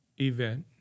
event